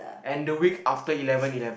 and the week after eleven eleven